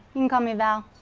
you can call me val.